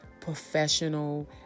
professional